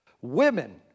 women